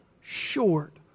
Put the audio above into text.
short